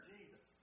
Jesus